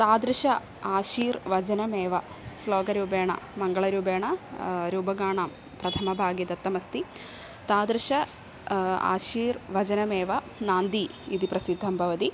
तादृश आशीर्वचनमेव श्लोकरूपेण मङ्गलरूपेण रूपकाणां प्रथमभागे दत्तमस्ति तादृशं आशीर्वचनमेव नान्दी इति प्रसिद्धं भवति